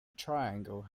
triangle